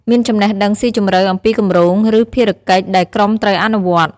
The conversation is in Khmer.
មានចំណេះដឹងស៊ីជម្រៅអំពីគម្រោង ឬភារកិច្ចដែលក្រុមត្រូវអនុវត្ត។